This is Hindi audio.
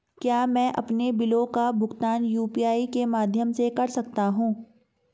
क्या मैं अपने बिलों का भुगतान यू.पी.आई के माध्यम से कर सकता हूँ?